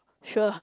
sure